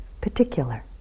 particular